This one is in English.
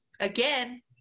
again